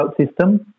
system